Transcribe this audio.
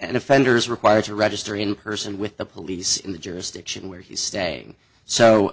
and offenders are required to register in person with the police in the jurisdiction where he's staying so